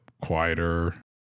quieter